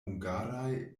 hungaraj